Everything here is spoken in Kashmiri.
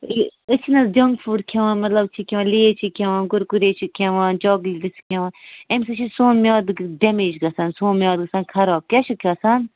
یہِ أسۍ چھِنہٕ حظ جَنٛک فُڈ کھیٚوان مطلب چھِ کھیٚوان کُرکُری چھِ کھیٚوان چاکلیٹٕس چھِ کھیٚوان اَمہِ سۭتۍ چھِ سون میادٕ ڈمیج گژھان سون میادٕ گژھان خراب کیٛاہ چھِ گژھان